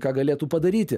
ką galėtų padaryti